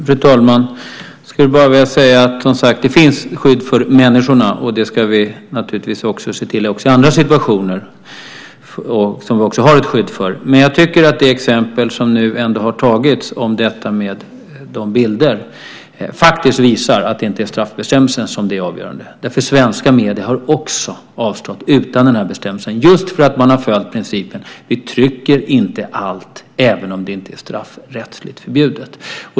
Fru talman! Det finns skydd för människorna. Det ska vi också se till att det finns i andra situationer. Det exempel som nu har tagits om bilderna visar faktiskt att det inte är straffbestämmelsen som är avgörande. Svenska medier har också avstått utan den här bestämmelsen. Det har de gjort just för att de har följt principen: Vi trycker inte allt även om det inte är straffrättsligt förbjudet.